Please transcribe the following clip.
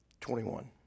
Twenty-one